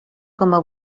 coma